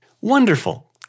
Wonderful